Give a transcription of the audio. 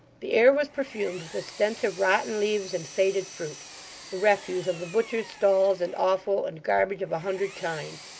the air was perfumed with the stench of rotten leaves and faded fruit the refuse of the butchers' stalls, and offal and garbage of a hundred kinds.